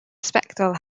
sbectol